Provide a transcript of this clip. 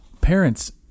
Parents